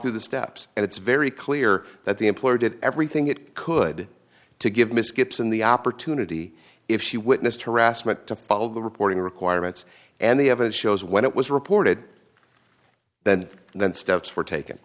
through the steps and it's very clear that the employer did everything it could to give miss gibson the opportunity if she witnessed harassment to follow the reporting requirements and the evidence shows when it was reported then and then steps were tak